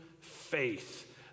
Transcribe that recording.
faith